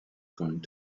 going